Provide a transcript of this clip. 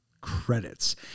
credits